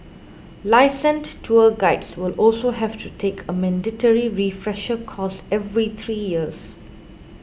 licensed tour guides will also have to take a mandatory refresher course every three years